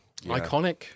Iconic